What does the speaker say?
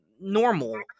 normal